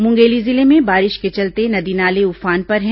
मुंगेली जिले में बारिश के चलते नदी नाले उफान पर हैं